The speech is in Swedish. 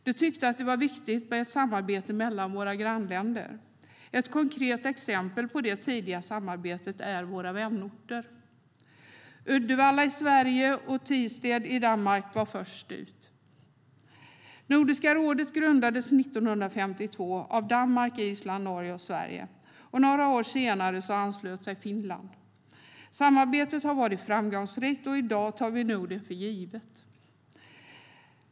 De tyckte att det var viktigt med ett samarbete mellan våra grannländer. Ett konkret exempel på det tidiga samarbetet är våra vänorter. Uddevalla i Sverige och Thisted i Danmark var först ut. Nordiska rådet grundades 1952 av Danmark, Island, Norge och Sverige, och några år senare anslöt sig Finland. Samarbetet har varit framgångsrikt, och i dag tar vi det nog för givet.